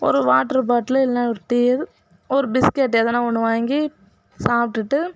ஒரு water bottle இல்லைனா ஒரு டீ ஒரு பிஸ்கெட் எதுனால் ஒன்று வாங்கி சாப்பிட்டுட்டு